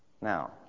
Now